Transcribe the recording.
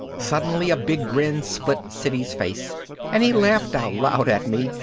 suddenly a big grin split siddy's face and he laughed out loud at me,